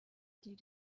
die